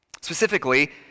Specifically